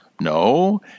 No